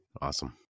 awesome